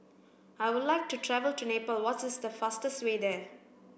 I would like to travel to Nepal what's is the fastest way there